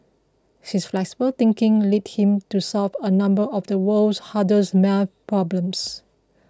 his flexible thinking led him to solve a number of the world's hardest math problems